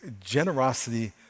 generosity